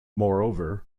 moreover